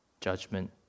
judgment